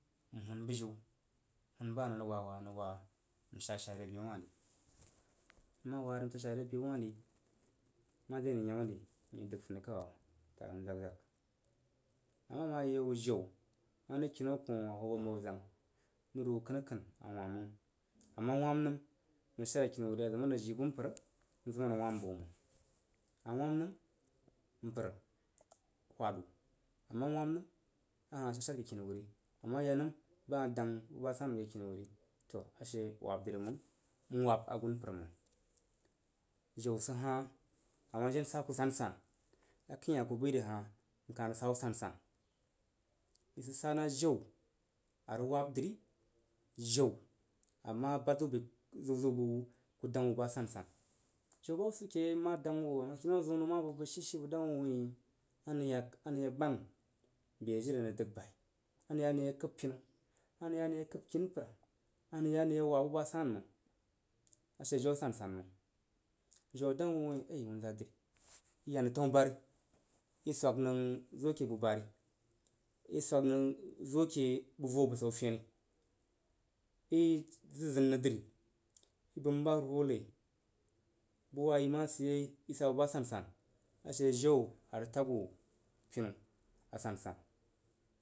Ku hun yi bujiu n hun ba nəng rəag waawa nəng wa n shashai re bewan ri nəng waa rəg nsha shai re be wah ri nəng yemah ri. tag nəm zag zag. A ma, ama yi wu jau mare kina koh a hoo vo wu məp a zang nuru wu kənak ə a wamb məg a ma wamp nəm bəg shad shar are kini wuri azim a rəg jii bu mpə n zim wami bəu məng. A ma wam nəm mpər whad wu, a mawum nəm a hah shad shar rekini wuri ama yanəm ba hah dang bu ba san məng n wab asunpər məng. Jau sidhah a ma jen sa ku sansan akəinhah ku bəi re hah n kah rəg sa wu san san. Nəng sid sa na jau a rəg wab dri jau a ma bad zig ku bəi ziu ziu bəg wu ku dong wu ba sansan. Jau ba hub sid ke yei mma deng mu ki nau zəun nəng ma bəg bəg shisha bəg dang wu wuin a nəng ya ma anəg yee gban le jiri anəng dəg bai anəng ya a nəng kəib pinu anəng ya anəng ye kəi kini mpər anəng ya anəng ye kəikini mpər anəng ya anəng ye waa bu ba san məng a she jan a san san məng. Jau a dang wu wui ai wunza dri iya nəng tanubari iswag nəng zo kebubori, i swag nəng zo ke bu vo bəsau feni i zə nəng dri ibəm bahuruhwo nai, bəg wah yi masid yei isa bəg ba sansan. A she jau a rəg tag wu zimi a san san.